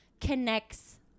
connects